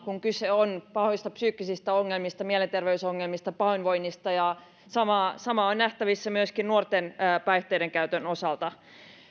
kun kyse on pahoista psyykkisistä ongelmista mielenterveysongelmista pahoinvoinnista samaa samaa on nähtävissä myöskin nuorten päihteidenkäytön osalta